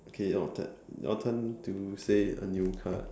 okay your turn your turn to say a new card